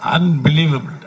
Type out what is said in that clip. Unbelievable